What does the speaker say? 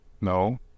no